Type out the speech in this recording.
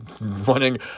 running